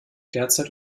derzeit